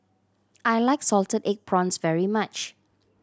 I like salted egg prawns very much